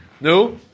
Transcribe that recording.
No